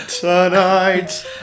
Tonight